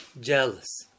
jealous